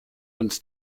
uns